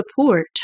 support